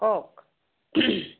কওক